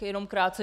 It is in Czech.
Jenom krátce.